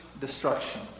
destruction